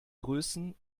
größen